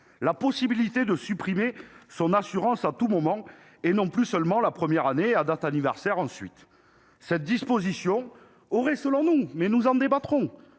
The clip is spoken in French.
la possibilité de supprimer son assurance à tout moment et non plus seulement la première année, puis à date anniversaire. Cette disposition aurait selon nous favorisé